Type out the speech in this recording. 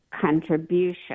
contribution